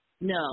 No